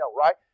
right